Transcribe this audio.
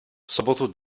sobotu